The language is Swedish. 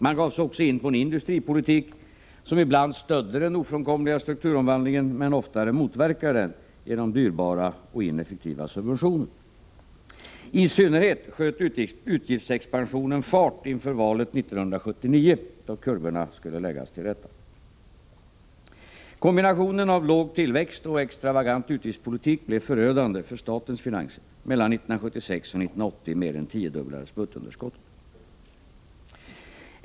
Man gav sig också in på en industripolitik som ibland stödde den ofrånkomliga strukturomvandlingen men oftare motverkade den genom dyrbara och ineffektiva subventioner. I synnerhet sköt utgiftsexpansionen fart inför valet 1979, då kurvorna skulle läggas till rätta. Kombinationen av låg tillväxt och extravagant utgiftspolitik blev förödande för statens finanser. Mellan 1976 och 1980 mer än tiodubblades budgetunderskottet.